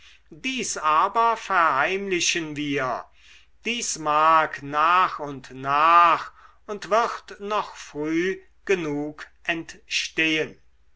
dies aber verheimlichen wir dies mag nach und nach und wird noch früh genug entstehen